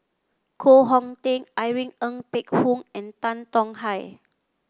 Koh Hong Teng Irene Ng Phek Hoong and Tan Tong Hye